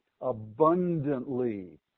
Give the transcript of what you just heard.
abundantly